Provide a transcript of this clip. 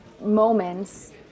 moments